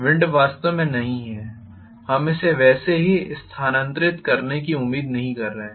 wind वास्तव में नहीं है हम इसे वैसे ही स्थानांतरित करने की उम्मीद नहीं कर रहे हैं